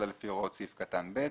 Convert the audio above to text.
אלא לפי הוראות סעיף קטן (ב).